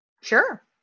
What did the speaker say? Sure